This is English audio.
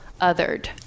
othered